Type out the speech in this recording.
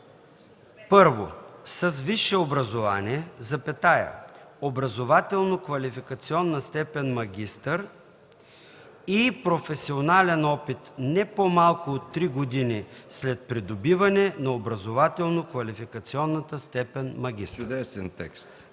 1. с висше образование, образователно-квалификационна степен „магистър” и професионален опит не по-малко от три години след придобиване на образователно-квалификационната степен „магистър”;